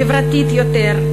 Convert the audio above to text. חברתית יותר,